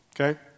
Okay